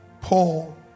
Paul